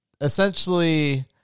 essentially